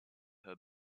her